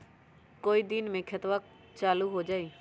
कई दिन मे खतबा चालु हो जाई?